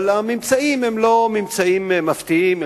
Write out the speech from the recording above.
הממצאים הם לא ממצאים מפתיעים,